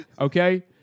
Okay